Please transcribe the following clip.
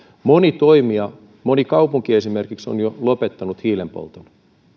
moni toimija moni kaupunki esimerkiksi on jo lopettanut hiilenpolton